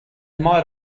might